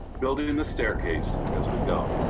building the staircase as we go.